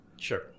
Sure